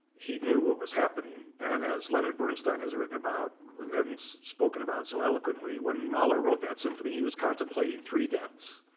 he knew what was happening. and as leonard bernstein has written about and spoken about so eloquently, when mahler wrote that symphony, he was contemplating three deaths.